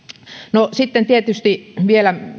no sitten tietysti vielä